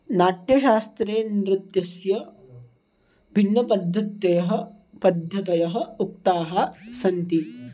नाट्यशास्त्रे नृत्यस्य भिन्नपद्धतयः पद्धतयः उक्ताः सन्ति